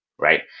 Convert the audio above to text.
Right